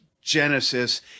Genesis